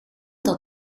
dat